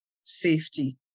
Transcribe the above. safety